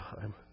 time